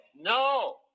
no